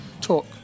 Talk